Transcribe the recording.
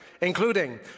including